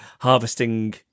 harvesting